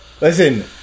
Listen